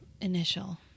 initial